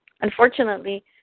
Unfortunately